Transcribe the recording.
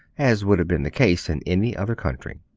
as would have been the case in any other country.